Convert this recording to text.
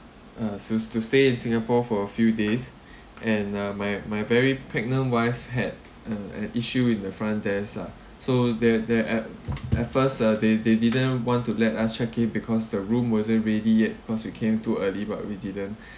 uh to to stay in singapore for a few days and uh my my very pregnant wife had uh an issue in the front desk lah so their their at at first uh they they didn't want to let us check in because the room wasn't ready yet cause we came too early but we didn't